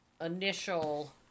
initial